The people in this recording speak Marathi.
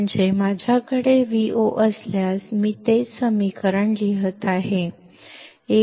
म्हणजे माझ्याकडे Vo असल्यास मी तेच समीकरण लिहित आहे Ad